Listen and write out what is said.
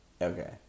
okay